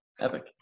Epic